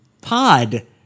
Pod